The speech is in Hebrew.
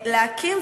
האם נכון, א.